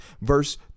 verse